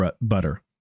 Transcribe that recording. butter